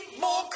more